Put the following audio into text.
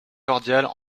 cordiales